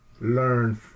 learn